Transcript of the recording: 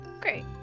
Great